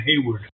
Hayward